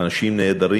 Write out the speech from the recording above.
הם אנשים נהדרים,